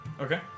okay